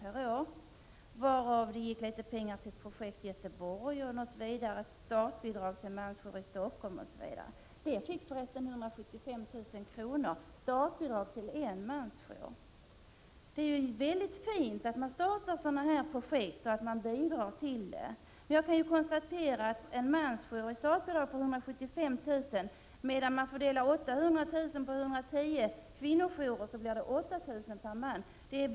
per år, varav litet pengar gick till bl.a. ett projekt i Göteborg. Vidare lämnades ett startbidrag till en mansjour i Stockholm. Här fick man 175 000 kr. Det är mycket fint att det startas sådana här projekt. Men jag kan konstatera att en mansjour får ett startbidrag på 175 000 kr., medan 800 000 kr. fördelat på 110 kvinnojourer ger ca 8 000 kr.